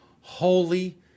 holy